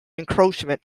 encroachment